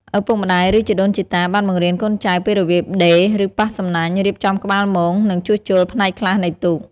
ឪពុកម្ដាយ ឬជីដូនជីតាបានបង្រៀនកូនចៅពីរបៀបដេរ ឬប៉ះសំណាញ់ រៀបចំក្បាលមង និងជួសជុលផ្នែកខ្លះនៃទូក។